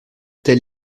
telle